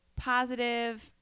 positive